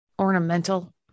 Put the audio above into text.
ornamental